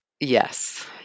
Yes